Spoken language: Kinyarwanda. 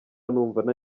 numva